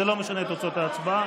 זה לא משנה את תוצאות ההצבעה.